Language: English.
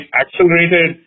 accelerated